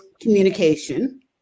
communication